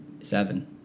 Seven